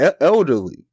elderly